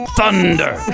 Thunder